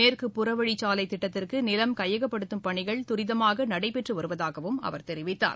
மேற்கு புறவழிச்சாலை திட்டத்திற்கு நிலம் கையகப்படுத்தும் பணிகள் தரிதமாக நடைபெற்று வருவதாகவும் அவர் தெரிவித்தார்